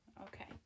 Okay